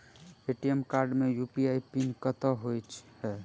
ATM card मे UPI PIN कतह होइ है?